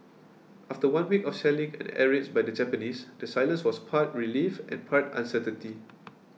after one week of shelling and air raids by the Japanese the silence was part relief and part uncertainty